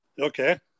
Okay